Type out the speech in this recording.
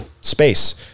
space